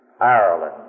Ireland